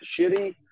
shitty